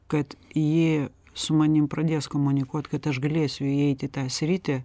kad ji su manim pradės komunikuot kad aš galėsiu įeit į tą sritį